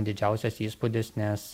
didžiausias įspūdis nes